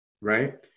Right